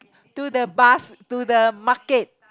to the bus to the market